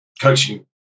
coaching